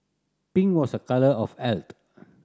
pink was a colour of health